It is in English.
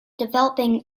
developing